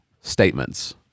statements